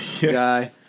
guy